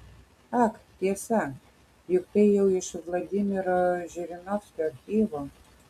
ak tiesa juk tai jau iš vladimiro žirinovskio archyvo